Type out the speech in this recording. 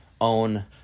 own